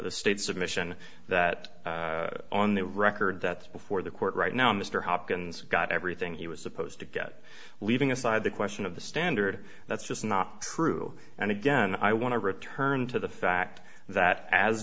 state submission that on the record that's before the court right now mr hopkins got everything he was supposed to get leaving aside the question of the standard that's just not true and again i want to return to the fact that as